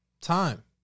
Time